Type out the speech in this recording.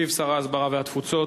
משיב שר ההסברה והתפוצות,